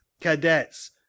cadets